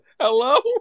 Hello